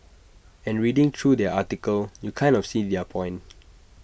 and reading through their article you kind of see their point